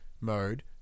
mode